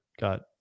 got